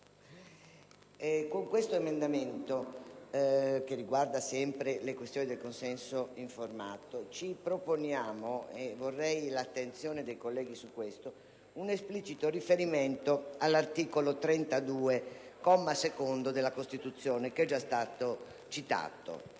con l'emendamento 2.64, che riguarda sempre la questione del consenso informato, proponiamo, e vorrei l'attenzione dei colleghi su questo, un esplicito riferimento all'articolo 32, secondo comma, della Costituzione, che è già stato citato.